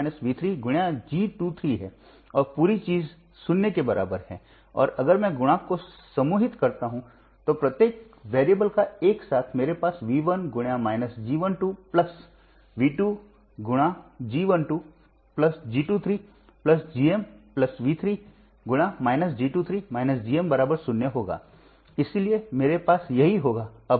और इस मामले में हम सभी नोड्स पर KCL लिख सकते हैं और यही हमने किया है और करंट को नियंत्रित करना किसी रेसिस्टर के माध्यम से करंट है और कंट्रोलिंग करंट को रेसिस्टर के वोल्टेज के संदर्भ में व्यक्त करना पड़ता है